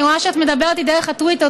אני רואה שאת מדברת איתי דרך הטוויטר.